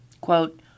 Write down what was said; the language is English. Quote